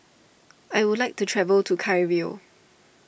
I would like to travel to Cairo